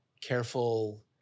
careful